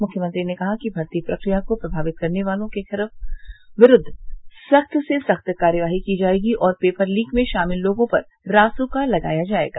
मुख्यमंत्री ने कहा कि भर्ती प्रक्रिया को प्रमावित करने वालों के विरूद्व सख्त से सख्त कार्रवाई की जायेगी और पेपर लीक में शामिल लोगों पर रासुका लगाया जायेगा